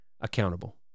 accountable